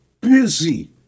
busy